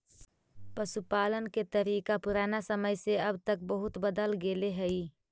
पशुपालन के तरीका पुराना समय से अब तक बहुत बदल गेले हइ